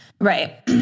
Right